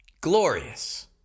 Glorious